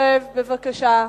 שב בבקשה.